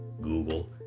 Google